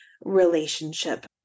Relationship